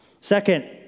Second